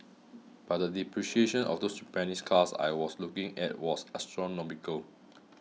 but the depreciation of those Japanese cars I was looking at was astronomical